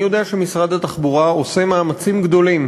אני יודע שמשרד התחבורה עושה מאמצים גדולים,